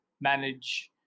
manage